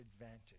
advantage